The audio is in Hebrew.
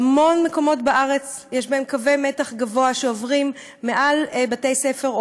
בהמון מקומות בארץ יש קווי מתח גבוה שעוברים מעל בתי-ספר,